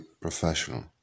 professional